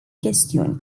chestiuni